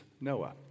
Noah